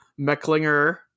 Mecklinger